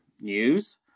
news